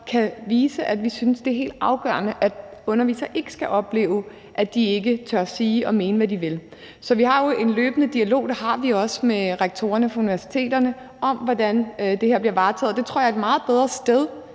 kan vise, at vi synes, at det er helt afgørende, at undervisere ikke skal opleve, at de ikke tør sige og mene, hvad de vil. Så vi har jo en løbende dialog – og det har vi også med rektorerne for universiteterne – om, hvordan det her bliver varetaget. Det tror jeg er et meget bedre sted,